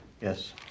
Yes